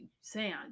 sand